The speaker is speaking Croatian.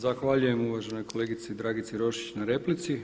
Zahvaljujem uvaženoj kolegici Dragici Roščić na replici.